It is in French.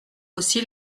aussi